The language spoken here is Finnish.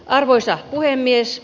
arvoisa puhemies